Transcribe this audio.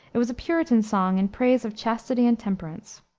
it was a puritan song in praise of chastity and temperance.